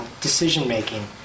decision-making